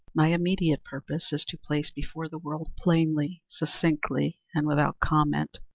my immediate purpose is to place before the world, plainly, succinctly, and without comment,